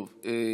טוב.